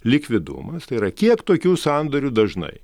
likvidumas tai yra kiek tokių sandorių dažnai